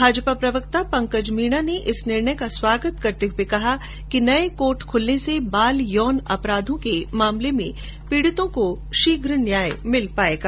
भाजपा प्रवक्ता पंकज मीना ने इस निर्णय का स्वागत करते हुए कहा कि नये कोर्ट खुलने से बाल यौन अपराधों के मामले में पीड़ितों को शीघ्र न्याय मिल पाएगा